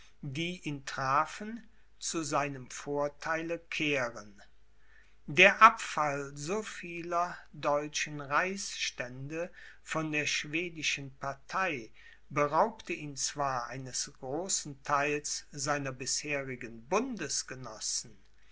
die ihn trafen zu seinem vortheile kehren der abfall so vieler deutschen reichsstände von der schwedischen partei beraubte ihn zwar eines großen theils seiner bisherigen